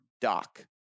doc